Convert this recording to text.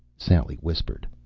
sally whispered.